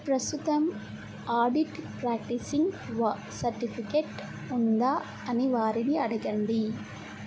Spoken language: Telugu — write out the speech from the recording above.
ప్రస్తుతం ఆడిట్ వా ప్రాక్టీసింగ్ సర్టిఫికేట్ ఉందా అని వారిని అడగండి